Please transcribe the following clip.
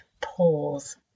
pause